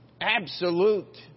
absolute